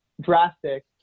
drastic